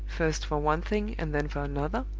first for one thing and then for another?